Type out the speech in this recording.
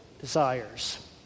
desires